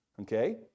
Okay